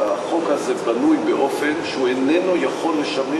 החוק הזה הוא כן צודק.